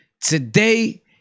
Today